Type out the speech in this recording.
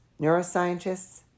neuroscientists